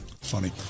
funny